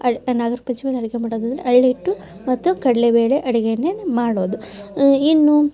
ಅಡ್ ನಾಗರ ಪಂಚಮಿಯಲ್ಲಿ ಅಡುಗೆ ಮಾಡುವುದೆಂದ್ರೆ ಅರಳಿಟ್ಟು ಮತ್ತು ಕಡಲೆ ಬೇಳೆ ಅಡುಗೆಯನ್ನೇ ಮಾಡೋದು ಇನ್ನೂ